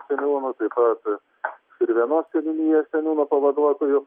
seniūnu taip pat ir vienos seniūnijos seniūno pavaduotoju